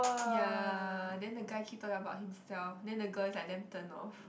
ya then the guy keep talking about himself then the girl is like damn turn off